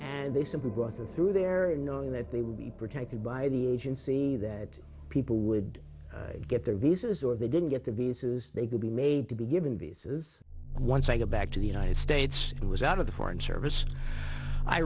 and they simply bought them through there in knowing that they would be protected by the agency that people would get their visas or they didn't get the visas they could be made to be given visas once i got back to the united states and was out of the foreign service i